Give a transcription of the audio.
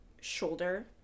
shoulder